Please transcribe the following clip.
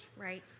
Right